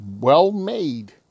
well-made